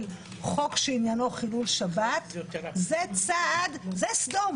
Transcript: חוק שעניינו חילול שבת זה סדום.